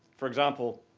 for example,